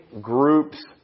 groups